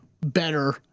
better